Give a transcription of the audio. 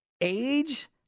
age